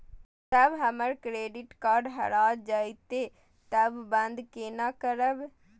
जब हमर credit card हरा जयते तब बंद केना करब?